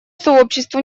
сообществу